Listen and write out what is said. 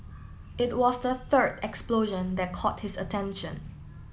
it was the third explosion that caught his attention